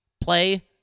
play